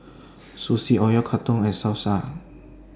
Sushi Oyakodon and Salsa